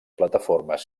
plataformes